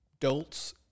adults